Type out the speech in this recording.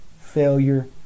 failure